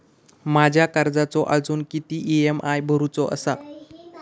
माझ्या कर्जाचो अजून किती ई.एम.आय भरूचो असा?